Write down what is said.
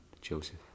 Joseph